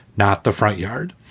not the front yard.